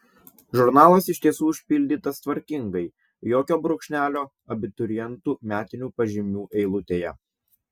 žurnalas iš tiesų užpildytas tvarkingai jokio brūkšnelio abiturientų metinių pažymių eilutėje